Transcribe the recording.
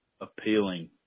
appealing